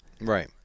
Right